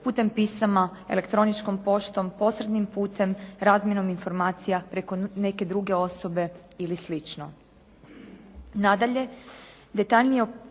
putem pisama, elektroničkom poštom, posrednim pute, razmjenom informacija preko neke druge osobe ili slično. Nadalje, detaljnije